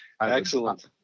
excellent